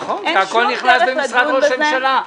נכון, והכול נכנס למשרד ראש הממשלה.